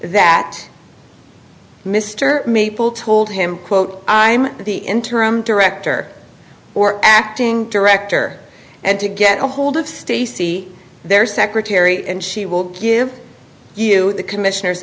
that mr maple told him quote i'm the interim director or acting director and to get ahold of stacy there secretary and she will give you the commissioners